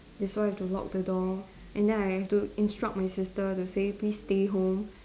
that's why I have to lock the door and then I have to instruct my sister to say please stay home